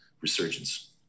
resurgence